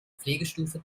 pflegestufe